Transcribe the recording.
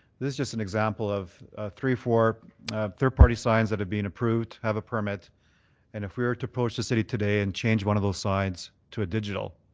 this is just an example of three, four third party signs that have been approved, have a permit and if we were to approach the city today and change one of those signs to a digital,